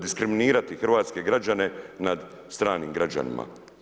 Diskriminirati hrvatske građane nad stranim građanima.